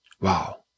Wow